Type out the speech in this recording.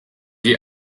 geh